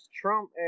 Trump